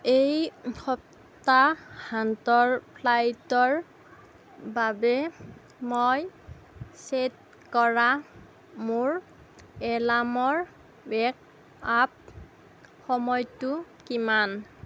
এই সপ্তাহান্তৰ ফ্লাইটৰ বাবে মই ছেট কৰা মোৰ এলাৰ্মৰ ৱেক আপ সময়টো কিমান